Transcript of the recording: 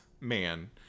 man